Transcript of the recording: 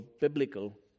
biblical